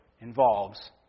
involves